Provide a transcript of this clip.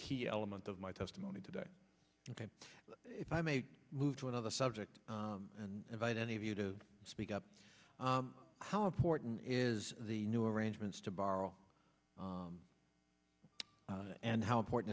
key element of my testimony today ok if i may move to another subject and invite any of you to speak up how important is the new arrangements to borrow and how important